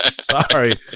Sorry